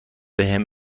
بهم